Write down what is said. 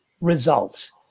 results